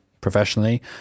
professionally